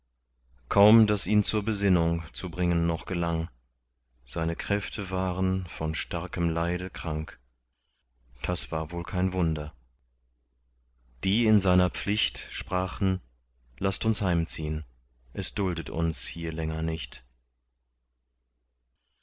kaum daß ihn zur besinnung zu bringen noch gelang seine kräfte waren von starkem leide krank das war wohl kein wunder die in seiner pflicht sprachen laßt uns heimziehn es duldet uns hier länger nicht